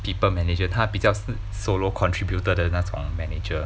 people manager 他比较 solo contributer 的那种 manager